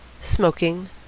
smoking